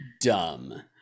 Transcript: dumb